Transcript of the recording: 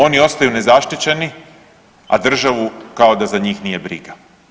Oni ostaju nezaštićeni, a državu kao da za njih nije briga.